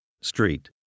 Street